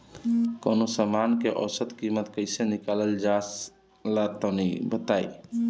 कवनो समान के औसत कीमत कैसे निकालल जा ला तनी बताई?